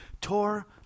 tore